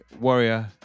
Warrior